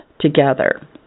together